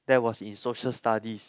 that was in social studies